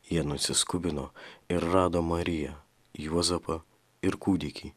jie nusiskubino ir rado mariją juozapą ir kūdikį